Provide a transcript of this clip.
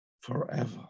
forever